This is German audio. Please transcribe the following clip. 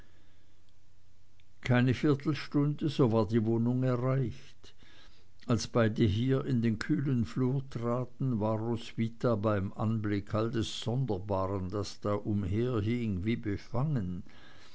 keine viertelstunde so war die wohnung erreicht als beide hier in den kühlen flur traten war roswitha beim anblick all des sonderbaren das da herumhing wie befangen